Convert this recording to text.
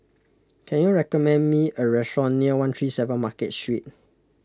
can you recommend me a restaurant near one three seven Market Street